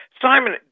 Simon